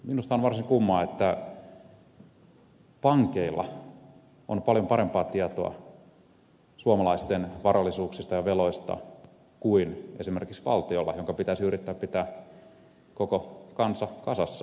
minusta on varsin kummaa että pankeilla on paljon parempaa tietoa suomalaisten varallisuuksista ja veloista kuin esimerkiksi valtiolla jonka pitäisi yrittää pitää koko kansa valtio kasassa